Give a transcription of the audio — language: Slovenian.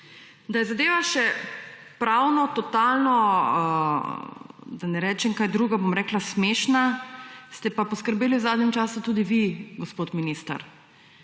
Da je zadeva še pravno totalno, da ne rečem kaj drugega, bom rekla smešna, ste pa poskrbeli v zadnjem času tudi vi, gospod minister.